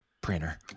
printer